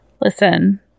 Listen